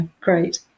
great